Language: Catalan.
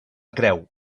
creu